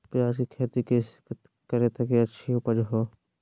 प्याज की खेती कैसे करें ताकि अच्छी उपज हो?